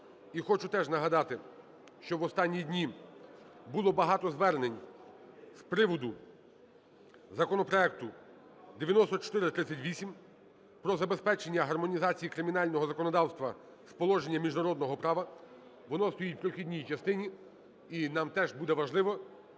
і хочу теж нагадати, що в останні дні було багато звернень з приводу законопроекту 9438 про забезпечення гармонізації кримінального законодавства з положенням міжнародного права. Воно стоїть в прохідній частині, і нам теж буде важливо,